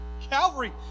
Calvary